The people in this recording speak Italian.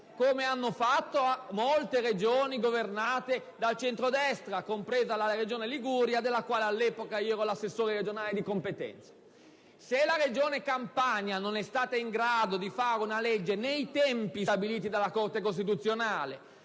come hanno fatto molte Regioni governate dal centrodestra, compresa la Regione Liguria, della quale all'epoca ero l'assessore regionale competente. Se la Regione Campania non è stata in grado di fare una legge nei tempi stabiliti dalla Corte costituzionale